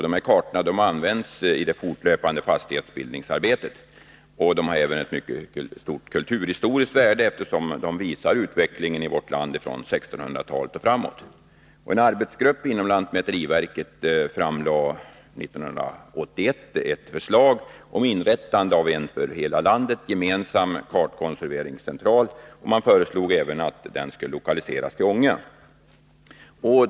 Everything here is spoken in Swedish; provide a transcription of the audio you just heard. De här kartorna används i det fortlöpande fastighetsbildningsarbetet. Kartorna har även ett mycket stort kulturhistoriskt värde, eftersom de visar utvecklingen i vårt land från 1600-talet och framåt. År 1981 framlade en arbetsgrupp inom lantmäteriverket ett förslag om inrättande av en för hela landet gemensam kartkonserveringscentral, som föreslogs bli lokaliserad till Ånge.